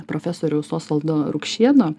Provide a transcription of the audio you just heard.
profesoriaus osvaldo rukšėno